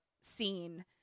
scene